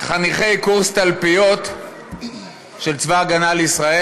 וחניכי קורס תלפיות של צבא ההגנה לישראל,